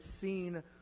seen